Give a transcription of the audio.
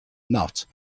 knot